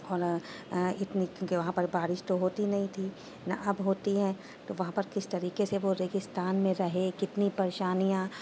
اور اتنی کیونکہ وہاں پر بارش تو ہوتی نہیں تھی نہ اب ہوتی ہے تو وہاں پر کس طریقے سے وہ ریگستان میں رہے کتنی پریشانیاں